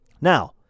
now